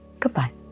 Goodbye